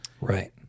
Right